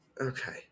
Okay